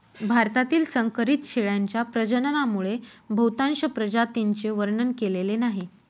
भारतातील संकरित शेळ्यांच्या प्रजननामुळे बहुतांश प्रजातींचे वर्णन केलेले नाही